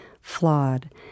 flawed